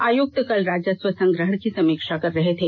आयुक्त कल राजस्व संग्रहण की समीक्षा कर रहे थे